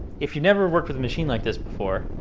if you never worked with a machine like this before,